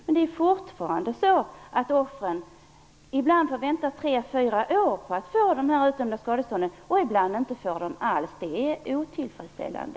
Men offren får fortfarande vänta, ibland tre fyra år, på att få det utdömda skadeståndet och ibland får de det inte alls. Det är klart otillfredsställande.